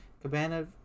Cabana